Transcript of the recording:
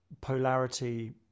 polarity